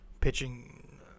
Pitching